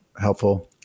helpful